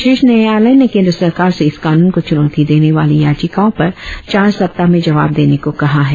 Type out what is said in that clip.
शीर्ष न्यायालय ने केंद्र सरकार से इस कानून को चुनौती देने वाली याचिकाओं पर चार सप्ताह में जवाब देने को कहा है